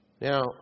Now